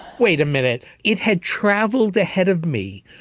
wait a minute. it had traveled ahead of me.